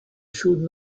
should